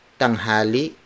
tanghali